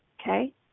Okay